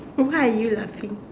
oh why are you laughing